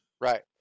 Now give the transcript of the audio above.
Right